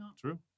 True